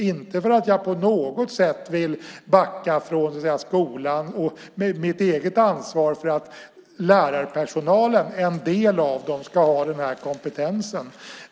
Inte för att jag på något sätt vill backa från skolans och mitt eget ansvar för att en del av lärarpersonalen ska ha den här kompetensen.